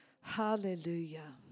Hallelujah